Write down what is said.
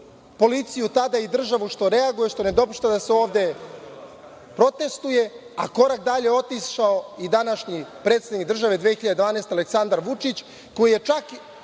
policiju tada i državu što reaguje, što se ovde protestvuje, a korak dalje otišao i današnji predsednik države 2001. godine Aleksandar Vučić, koji je izneo